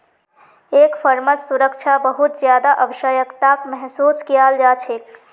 एक फर्मत सुरक्षा बहुत ज्यादा आवश्यकताक महसूस कियाल जा छेक